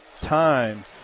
time